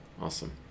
Awesome